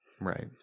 right